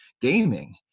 gaming